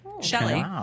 Shelly